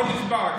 הכול נשבר.